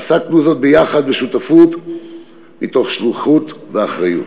עסקנו בזאת יחד בשותפות מתוך שליחות ואחריות.